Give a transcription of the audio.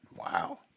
Wow